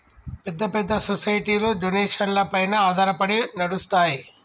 పెద్ద పెద్ద సొసైటీలు డొనేషన్లపైన ఆధారపడి నడుస్తాయి